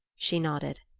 she nodded.